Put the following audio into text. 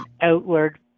outward